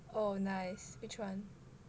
oh nice which one